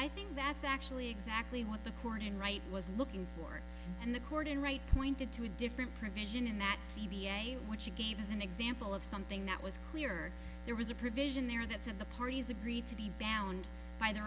i think that's actually exactly what the court in right was looking for and the court in right pointed to a different provision in that c v a which he gave as an example of something that was clear there was a provision there that's in the parties agreed to be bound by the